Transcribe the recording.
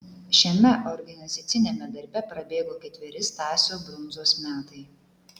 šiame organizaciniame darbe prabėgo ketveri stasio brundzos metai